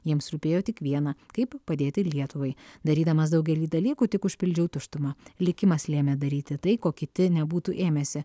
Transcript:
jiems rūpėjo tik viena kaip padėti lietuvai darydamas daugelį dalykų tik užpildžiau tuštumą likimas lėmė daryti tai ko kiti nebūtų ėmęsi